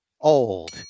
old